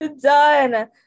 Done